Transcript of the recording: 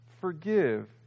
forgive